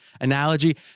analogy